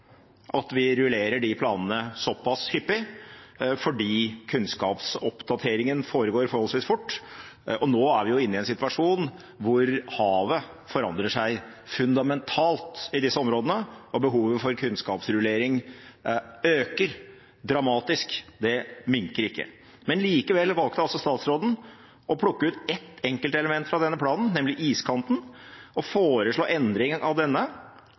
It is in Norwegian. at vi rullerer de planene såpass hyppig, fordi kunnskapsoppdateringen foregår forholdsvis fort, og nå er vi jo inne i en situasjon der havet forandrer seg fundamentalt i disse områdene og behovet for kunnskapsrullering øker dramatisk. Det minker ikke! Likevel valgte altså statsråden å plukke ut ett enkeltelement fra denne planen, nemlig iskanten, og foreslå endringen av denne